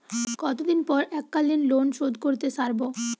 কতদিন পর এককালিন লোনশোধ করতে সারব?